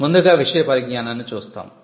ముందుగా విషయ పరిజ్ఞానాన్ని చూస్తాము